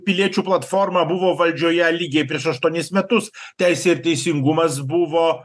piliečių platforma buvo valdžioje lygiai prieš aštuonis metus teisė ir teisingumas buvo